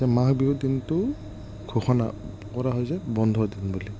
যে মাঘবিহু দিনটো ঘোষণা কৰা হয় যে বন্ধৰ দিন বুলি